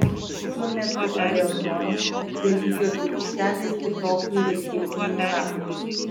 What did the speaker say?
šiuo metu aerodrome be lygios aikštelės kitokių įrengimų nėra